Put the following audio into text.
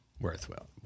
worthwhile